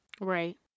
Right